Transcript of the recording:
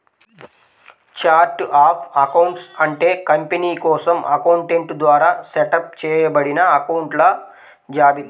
chart of accounts అంటే company కోసం accountant ద్వారా సెటప్ చేయబడిన అకొంట్ల జాబితా